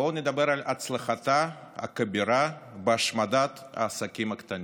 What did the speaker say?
בואו נדבר על הצלחתה הכבירה בהשמדת העסקים הקטנים.